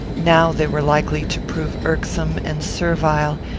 now they were likely to prove irksome and servile,